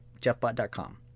jeffbot.com